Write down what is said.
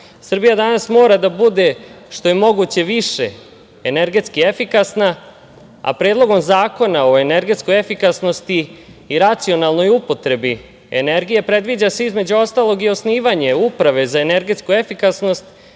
zakona. Srbija danas mora da bude što je moguće više energetski efikasna. Predlogom zakona o energetskoj efikasnosti i racionalnoj upotrebi energije, predviđa se, između ostalog i osnivanje uprave za energetsku efikasnost,